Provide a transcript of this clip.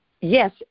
Yes